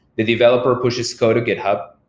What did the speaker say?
the developer pushes code to github.